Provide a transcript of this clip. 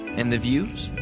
and the views.